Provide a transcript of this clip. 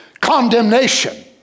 condemnation